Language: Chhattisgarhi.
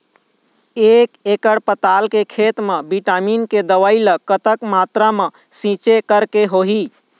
एक एकड़ पताल के खेत मा विटामिन के दवई ला कतक मात्रा मा छीचें करके होही?